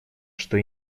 что